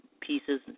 pieces